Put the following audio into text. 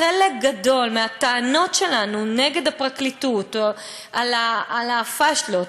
חלק גדול מהטענות שלנו נגד הפרקליטות על הפשלות,